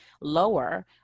lower